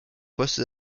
poste